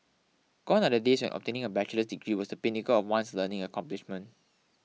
gone are the days obtaining a bachelor degree was the pinnacle of one's learning accomplishment